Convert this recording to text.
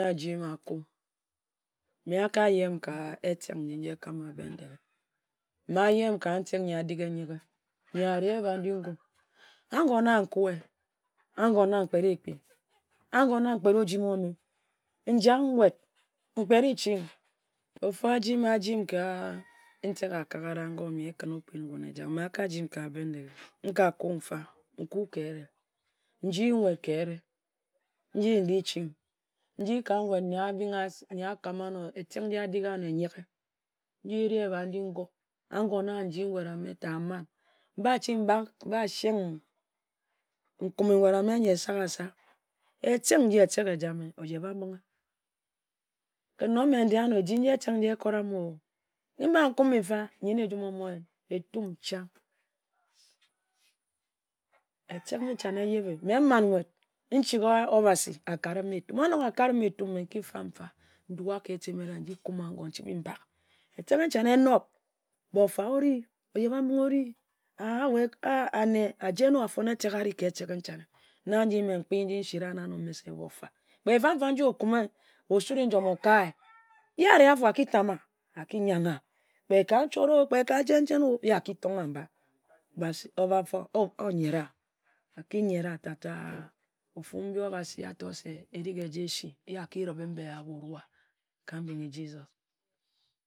Akum mme a-ka yemm ka etek nji nji abingha Bendeghe mme ayemm ka ntek yee adik ehyege. Nnye aari ebhat nji-goe agoe na nkue agoe na mkpe-re ekpin agoe na mkpe-re ojimmi omme njak nwut, nkpere ching. Ofu ajimm ajimm ka ntek akagara ngoe nyi ekǝnna okpi-mba ejak mme aka jimm nfa ka Bendeghe. Nka kue nfa nkue ka ere e. Nnji ndi ching, ndi ka nwut nnyi akamma, nyi abinghe se, etek nnji adik anor ehyege ebhat nnji ngoe angoe na nji nwut a-mme ta m-man. Mba ching mbak mba seng nkume nwut a-mme nyi esagasa. Etek nji, etek ejame oyeba-mbinghe. Kǝn nong mme ndi-anor, eji etek nji ekoram-o. Mba nkumme nfa nyen-ne ejum o-mmo yin, etom chang etǝk nchanne eyebe. Mme n-man nwut nchiga Obasi aka-rem etom, nki fam nfa nji kumme ka eti-mmere nchibe-mbak. Etek nchan-ne enob, bo-fa ori, oyeba-mbinghe ori. A-jenne-o, afonne etek ari ka etek-enchanne na nji mme mmkpi nsi-ra-wun anor se bofa, kpe fan-fan nji okumme, osuri-njom okahi, yee ari afor aki tam ma, kpe ka nchot-ro, kpe ka jen-jen-o, yee aki tongha mba, bofa oye ra, oki yena tata ofu mbi Obasi ator se ofu-oba osi, yee aki ribhe mba-yeh ka mbing nji Jesus Amen